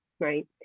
right